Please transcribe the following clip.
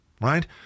right